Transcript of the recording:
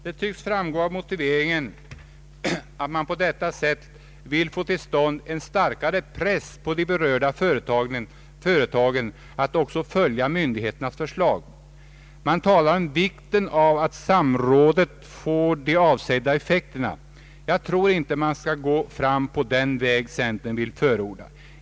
Det tycks framgå av motiveringen att man på detta sätt vill få till stånd en starkare press på de berörda företagen att också följa myndighetens förslag. Man talar om vikten av att samrådet får de avsedda effekterna. Jag tror inte att man skall gå fram på den väg centern här vill förorda.